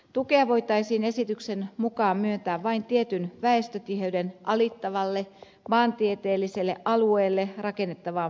tukea voitaisiin esityksen mukaan myöntää vain tietyn väestötiheyden alittavalle maantieteelliselle alueelle rakennettavaan verkkoon